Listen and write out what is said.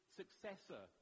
successor